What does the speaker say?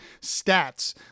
stats